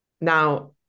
Now